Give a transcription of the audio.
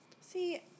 See